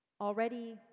already